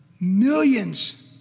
millions